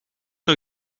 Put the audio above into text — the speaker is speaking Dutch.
nog